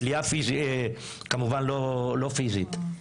כמובן תלייה לא פיזית.